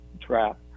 trap